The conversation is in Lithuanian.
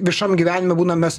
viešam gyvenime būnam mes